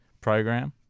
program